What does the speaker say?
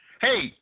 Hey